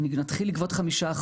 נתחיל לגבות 5%,